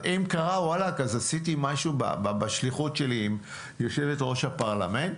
אם קרה אז עשיתי משהו בשליחות שלי עם יושבת-ראש הפרלמנט,